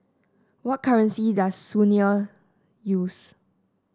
what currency does Tunisia use